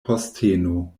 posteno